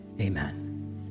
Amen